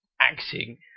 acting